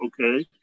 okay